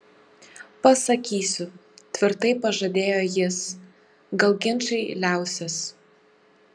pasakysiu tvirtai pažadėjo jis gal ginčai liausis